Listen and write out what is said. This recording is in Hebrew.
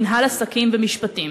מינהל עסקים ומשפטים.